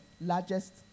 largest